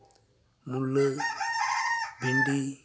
ᱢᱩᱞᱟᱹ ᱵᱷᱤᱱᱰᱤ